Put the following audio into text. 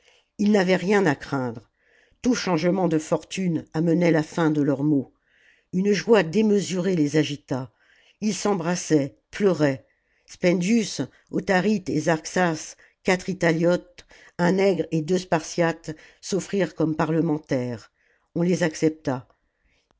ils n'avaient rien à craindre tout changement de fortune amenait la fin de leurs maux une joie démesurée les agita ils s'embrassaient pleuraient spendius autharite et zarxas quatre itahotes un nègre et deux spartiates s'offrirent comme parlementaires on les accepta